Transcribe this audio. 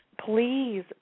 please